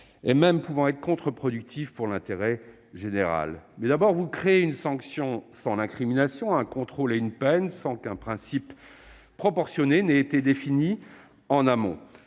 et semble même contre-productive du point de vue de l'intérêt général. Tout d'abord, vous créez une sanction sans incrimination, un contrôle et une peine sans qu'un principe proportionné ait été défini en amont.